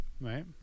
right